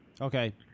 Okay